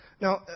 Now